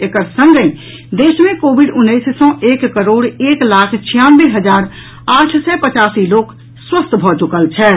एकर संगहि देश मे कोविड उन्नैस सॅ एक करोड़ एक लाख छियानवे हजार आठ सय पचासी लोक स्वस्थ भऽ चुकल छथि